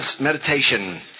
meditation